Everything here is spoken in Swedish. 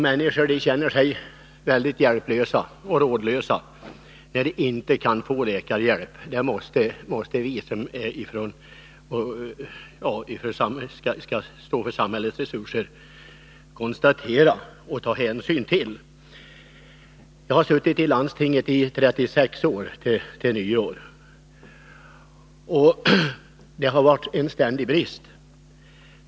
Människorna känner sig mycket hjälplösa och rådlösa när de inte kan få läkarhjälp. Vi som står för samhällets resurser måste ta hänsyn till dessa förhållanden. Jag har vid kommande årsskifte suttit med i landstinget i 36 år. Det har varit en ständig brist på läkare.